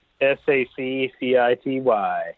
S-A-C-C-I-T-Y